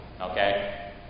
okay